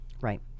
Right